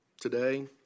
today